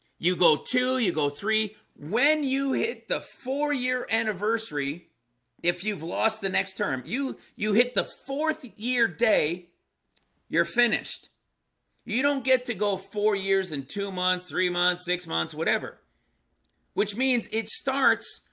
you go two you go three when you hit the four year anniversary if you've lost the next term you you hit the fourth year day you're finished you don't get to go four years in two months three months six months, whatever which means it starts?